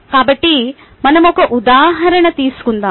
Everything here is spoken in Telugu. కాబట్టి మనం ఒక ఉదాహరణ తీసుకుందాం